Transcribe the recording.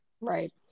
Right